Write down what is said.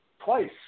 twice